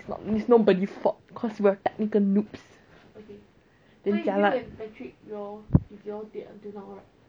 that means nobody fault cause like we are technical noobs !huh! you turn off leh oh my god